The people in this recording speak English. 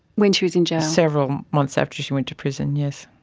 when she was in jail? several months after she went to prison, yes.